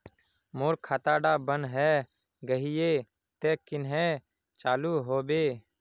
मोर खाता डा बन है गहिये ते कन्हे चालू हैबे?